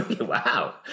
wow